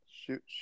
shoot